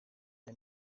rya